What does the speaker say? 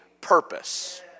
purpose